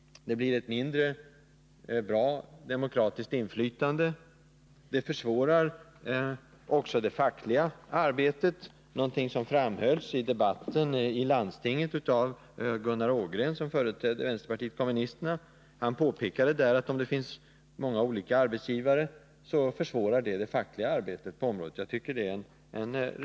Det blir ett mindre bra demokratiskt inflytande. Det försvårar också det fackliga arbetet, vilket framhölls i debatten i landstinget av Gunnar Ågren som företrädde vänsterpartiet kommunisterna. Han påpekade att uppdelningen av sjukvården på olika arbetsgivare försvårar det fackliga arbetet på området.